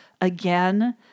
again